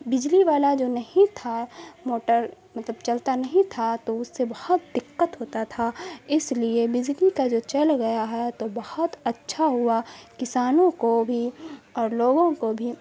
بجلی والا جو نہیں تھا موٹر مطلب چلتا نہیں تھا تو اس سے بہت دقت ہوتا تھا اس لیے بجلی کا جو چل گیا ہے تو بہت اچھا ہوا کسانوں کو بھی اور لوگوں کو بھی